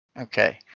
Okay